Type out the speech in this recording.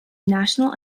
national